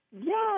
Yes